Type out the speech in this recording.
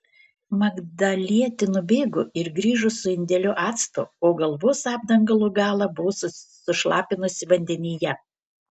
magdalietė nubėgo ir grįžo su indeliu acto o galvos apdangalo galą buvo sušlapinusi vandenyje